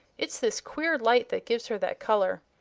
it's this queer light that gives her that color.